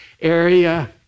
area